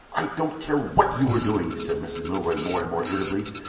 i don't care what you were doing, said mrs. milroy, more and more irritably.